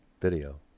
video